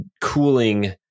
cooling